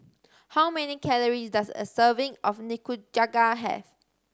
how many calories does a serving of Nikujaga have